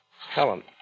Helen